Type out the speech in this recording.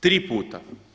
Tri puta.